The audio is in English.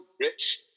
rich